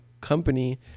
company